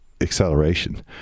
acceleration